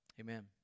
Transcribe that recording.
Amen